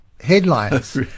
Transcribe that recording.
Headlines